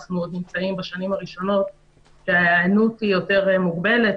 שאנחנו בשנים הראשונות וההיענות מוגבלת,